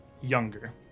younger